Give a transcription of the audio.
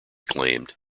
claimed